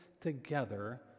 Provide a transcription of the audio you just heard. together